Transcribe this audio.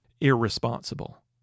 irresponsible